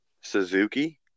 Suzuki